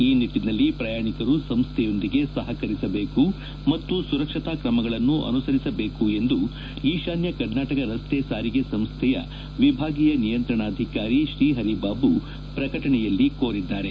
ಈ ನಿಟ್ಟನಲ್ಲಿ ಪ್ರಯಾಣಿಕರು ಸಂಸ್ಟೆಯೊಂದಿಗೆ ಸಹಕರಿಸಬೇಕು ಮತ್ತು ಕ್ರಮಗಳನ್ನು ಅನುಸರಿಸಬೇಕು ಎಂದು ಈಶಾನ್ಹ ಕರ್ನಾಟಕ ರಸ್ತೆ ಸಾರಿಗೆ ಸಂಸ್ಥೆಯ ವಿಭಾಗೀಯ ನಿಯಂತ್ರಣಾಧಿಕಾರಿ ಶ್ರೀಹರಿಬಾಬು ಪ್ರಕಟಣೆಯಲ್ಲಿ ಕೋರಿದ್ದಾರೆ